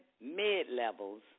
mid-levels